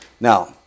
Now